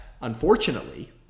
unfortunately